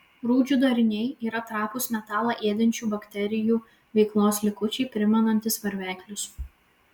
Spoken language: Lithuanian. rūdžių dariniai yra trapūs metalą ėdančių bakterijų veiklos likučiai primenantys varveklius